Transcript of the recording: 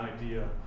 idea